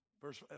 Verse